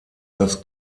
das